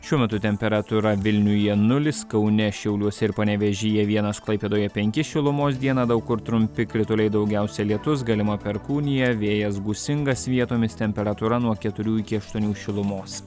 šiuo metu temperatūra vilniuje nulis kaune šiauliuose ir panevėžyje vienas klaipėdoje penki šilumos dieną daug kur trumpi krituliai daugiausia lietus galima perkūnija vėjas gūsingas vietomis temperatūra nuo keturių iki aštuonių šilumos